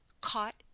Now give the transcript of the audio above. caught